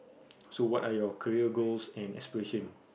so what are your career goals and aspiration